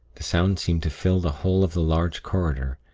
the sound seemed to fill the whole of the large corridor,